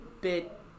bit